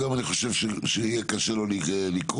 אני חושב שיהיה לו קשה לקרות,